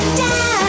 down